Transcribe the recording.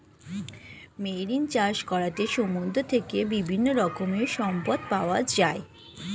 marine চাষ করাতে সমুদ্র থেকে বিভিন্ন রকমের সম্পদ পাওয়া যায়